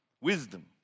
Wisdom